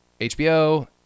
HBO